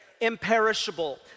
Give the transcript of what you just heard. imperishable